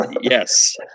yes